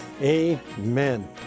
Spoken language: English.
Amen